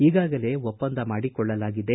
ಈಗಾಗಲೇ ಒಪ್ಪಂದ ಮಾಡಿಕೊಳ್ಳಲಾಗಿದೆ